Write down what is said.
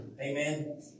Amen